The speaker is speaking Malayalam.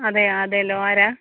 അതെ അതേയല്ലോ ആരാ